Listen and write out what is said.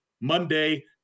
Monday